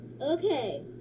Okay